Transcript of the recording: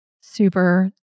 Super